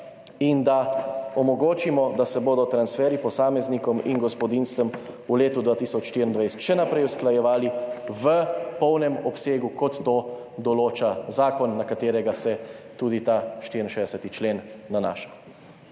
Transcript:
in da omogočimo, da se bodo transferji posameznikom in gospodinjstvom v letu 2024 še naprej usklajevali v polnem obsegu, kot to določa zakon, na katerega se tudi ta 64. člen nanaša.